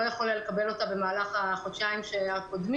יכול היה לקבל אותה במהלך החודשיים הקודמים.